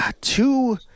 two